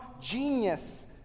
genius